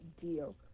deal